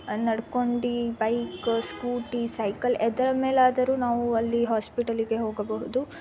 ನಡ್ಕೊಂಡು bike scooty cycle ಎದರ ಮೇಲಾದರೂ ನಾವು ಅಲ್ಲಿ ಹಾಸ್ಪಿಟಲಿಗೆ ಹೋಗಬಹುದು